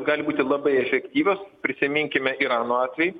gali būti labai efektyvios prisiminkime irano atvejį